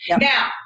Now